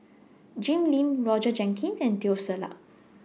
Jim Lim Roger Jenkins and Teo Ser Luck